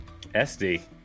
SD